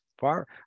far